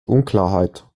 unklarheit